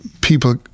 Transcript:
people